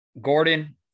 Gordon